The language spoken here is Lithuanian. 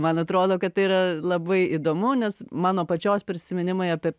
man atrodo kad tai yra labai įdomu nes mano pačios prisiminimai apie